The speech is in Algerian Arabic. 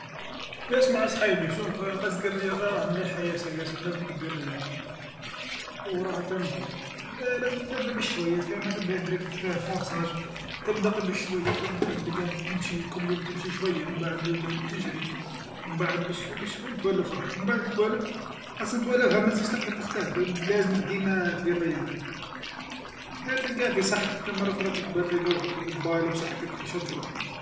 اسمع اصحيبي شوف، قصدي الرياضه راها مليحه ياسر ياسر، لازمك دير الرياضه، وراها تنفعك، لا- لازمك تبدا بشويه، نتا ما تبداش مباشرة بالقوة، تبدا غي بشويه تبدا تمشي كل يوم تمشي شويه ومن بعد تعود تجري، ومن بعد بشويه بشويه تولف روحك، ومن بعد كي توالف أصلا توالفها ما تزيدش تقدر تخطاها الرياضه، تعود لازك ديما دير رياضه، تلقاها في صحتك تا مره اخرى تكبر تلقى روحك قبالا وبصحتك شاد روحك.